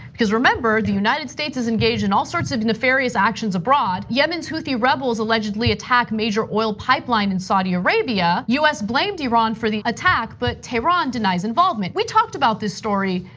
because remember, the united states is engaged in all sorts of nefarious actions abroad. yemen's houthi rebels allegedly attack major oil pipeline in saudi arabia. us blamed iran for the attack but tehran denies involvement. we talked about this story.